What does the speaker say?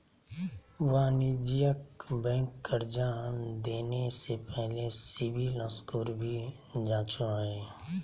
वाणिज्यिक बैंक कर्जा देने से पहले सिविल स्कोर भी जांचो हइ